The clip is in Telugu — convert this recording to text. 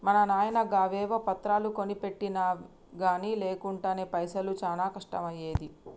మా నాయిన గవేవో పత్రాలు కొనిపెట్టెవటికె గని లేకుంటెనా పైసకు చానా కష్టమయ్యేది